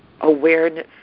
awareness